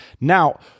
Now